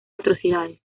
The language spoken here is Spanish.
atrocidades